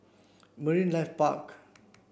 Marine Life Park